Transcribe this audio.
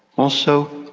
also,